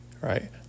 Right